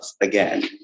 again